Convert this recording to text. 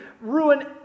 ruin